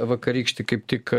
vakarykštį kaip tik